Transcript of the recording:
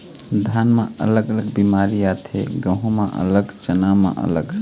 धान म अलग बेमारी आथे, गहूँ म अलग, चना म अलग